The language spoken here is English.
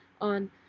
on